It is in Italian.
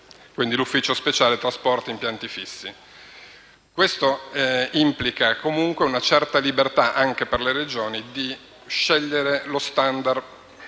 dall'ufficio speciale trasporti a impianti fissi. Questo implica, comunque, una certa libertà, anche per le Regioni, di scegliere lo *standard*